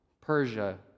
Persia